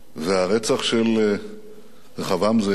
והרצח של רחבעם זאבי